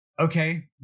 Okay